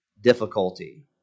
difficulty